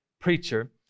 preacher